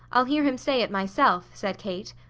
i'll hear him say it, myself, said kate.